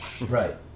Right